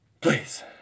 Please